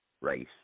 race